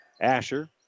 Asher